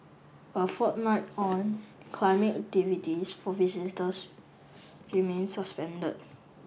a fortnight on climbing activities for visitors remain suspended